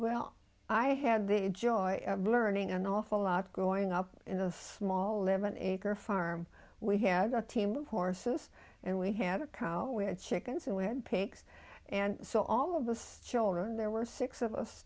well i had the joy of learning an awful lot growing up in the small limited acre farm we have got team of horses and we had a cow we had chickens and we had pigs and so all of us children there were six of us